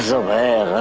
away